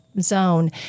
zone